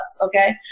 okay